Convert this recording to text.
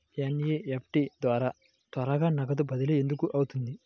NEFT ద్వారా త్వరగా నగదు బదిలీ ఎందుకు అవుతుంది?